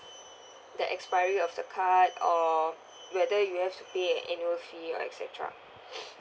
that expiry of the card or whether you have to pay annual fee or et cetera